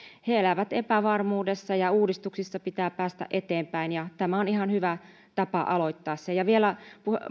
he elävät epävarmuudessa ja uudistuksissa pitää päästä eteenpäin ja tämä on ihan hyvä tapa aloittaa se ja vielä